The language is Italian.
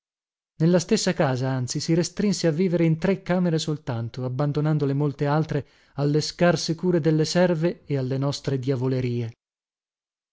nella stessa casa anzi si restrinse a vivere in tre camere soltanto abbandonando le molte altre alle scarse cure delle serve e alle nostre diavolerie